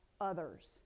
others